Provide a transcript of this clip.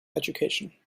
education